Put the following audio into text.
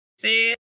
See